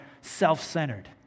self-centered